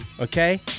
okay